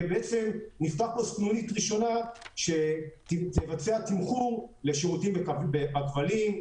ובעצם נפתח פה סנונית ראשונה שתבצע תמחור לשירותים בכבלים,